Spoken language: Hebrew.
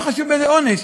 לא חשוב באיזה עונש,